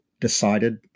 decided